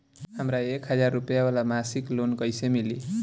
हमरा एक हज़ार रुपया वाला मासिक लोन कईसे मिली?